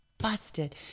busted